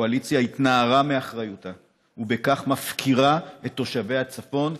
הקואליציה התנערה מאחריותה ובכך היא מפקירה את תושבי הצפון,